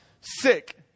sick